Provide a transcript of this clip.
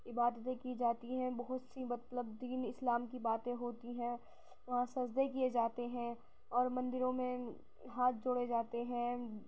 عبادتیں کی جاتی ہیں بہت سی مطلب دین اسلام کی باتیں ہوتی ہیں وہاں سجدے کیے جاتے ہیں اور مندروں میں ہاتھ جوڑے جاتے ہیں